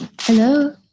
Hello